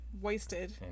wasted